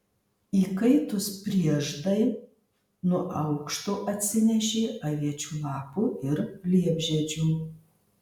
įkaitus prieždai nuo aukšto atsinešė aviečių lapų ir liepžiedžių